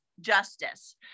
justice